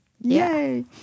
Yay